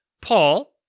Paul